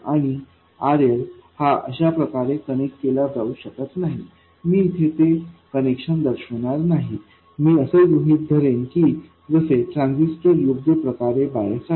आणि RL हा अशा प्रकारे कनेक्ट केला जाऊ शकत नाही मी येथे ते कनेक्शन दर्शवणार नाही मी असे गृहीत धरेन की जसे ट्रान्झिस्टर योग्य प्रकारे बायस आहे